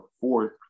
fourth